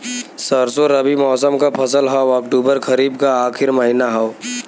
सरसो रबी मौसम क फसल हव अक्टूबर खरीफ क आखिर महीना हव